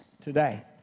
today